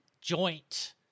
joint